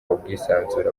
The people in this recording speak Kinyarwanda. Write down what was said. ubwisanzure